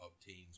obtains